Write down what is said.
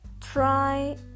try